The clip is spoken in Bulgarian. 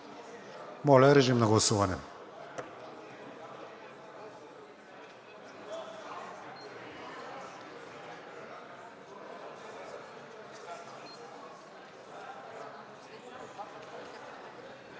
Моля, режим на гласуване.